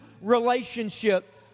relationship